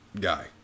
guy